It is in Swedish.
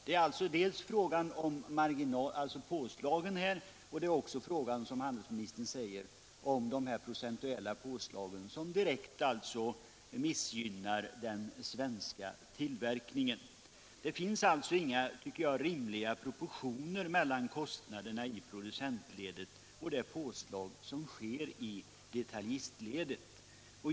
Det är alltså fråga dels om handelsmarginalen, dels också, som handelsministern säger, om de procentuella påslagen som direkt missgynnar den svenska tillverkningen. Enligt min mening finns det inga rimliga proportioner mellan kostnaderna i producentledet och påslaget i detaljistledet.